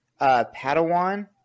Padawan